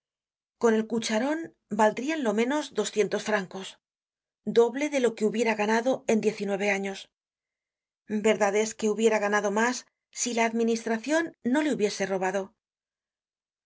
con el cucharon valdrian lo menos doscientos francos doble de lo que hubiera ganado en diez y nueve años verdad es que hubiera ganado mas si la administracion no le hubiese i robado